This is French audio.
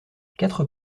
quatre